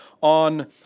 on